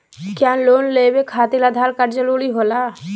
क्या लोन लेवे खातिर आधार कार्ड जरूरी होला?